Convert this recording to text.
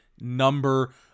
number